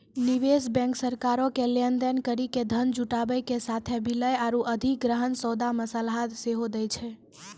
निवेश बैंक सरकारो के लेन देन करि के धन जुटाबै के साथे विलय आरु अधिग्रहण सौदा मे सलाह सेहो दै छै